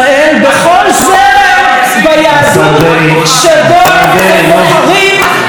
בכל זרם ביהדות שבו הם בוחרים להיות.